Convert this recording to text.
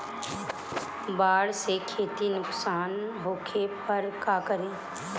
बाढ़ से खेती नुकसान होखे पर का करे?